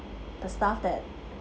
the staff that